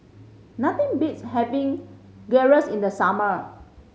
nothing beats having Gyros in the summer